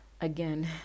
again